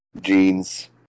jeans